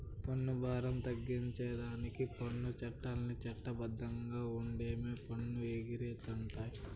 పన్ను బారం తగ్గించేదానికి పన్ను చట్టాల్ని చట్ట బద్ధంగా ఓండమే పన్ను ఎగేతంటే